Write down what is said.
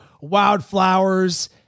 Wildflowers